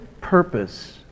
purpose